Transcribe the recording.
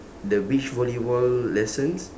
the beach volleyball lessons